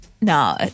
No